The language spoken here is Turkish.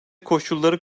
koşulları